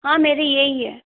हाँ मेरे यहीं है